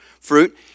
fruit